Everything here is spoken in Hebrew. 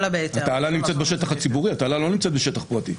התעלה נמצאת בשטח ציבורי, היא לא נמצאת בשטח פרטי.